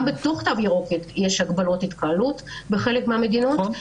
גם בתוך התו הירוק יש הגבלות התקהלות בחלק מהמדינות.